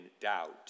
doubt